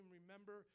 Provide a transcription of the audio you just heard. remember